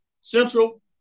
Central